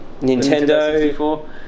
Nintendo